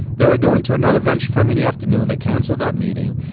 they were going to another venture firm in the afternoon. they cancelled that meeting.